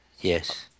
Yes